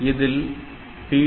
இதில் P1